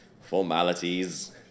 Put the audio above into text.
Formalities